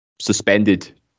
suspended